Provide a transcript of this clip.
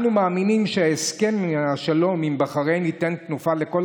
אנו מאמינים שהסכם השלום עם בחריין ייתן תנופה לכל